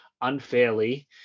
unfairly –